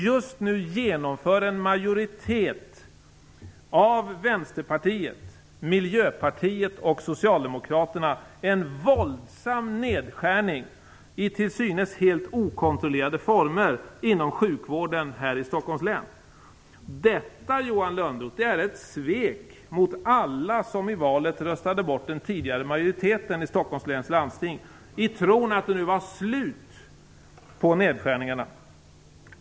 Just nu genomför en majoritet av Vänsterpartiet, Miljöpartiet och Socialdemokraterna en våldsam nedskärning i till synes helt okontrollerade former inom sjukvården här i Stockholms län. Detta, Johan Lönnroth, är ett svek mot alla som i valet röstade bort den tidigare majoriteten i Stockholms läns landsting i tron att det nu var slut på nedskärningarna.